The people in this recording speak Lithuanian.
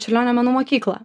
čiurlionio menų mokyklą